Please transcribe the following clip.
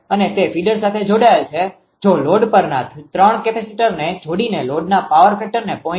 અને તે ફીડર સાથે જોડાયેલ છે જો લોડ પરના 3 કેપેસિટરને જોડીને લોડના પાવર ફેક્ટરને 0